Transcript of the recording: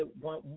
one